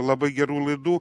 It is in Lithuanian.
labai gerų laidų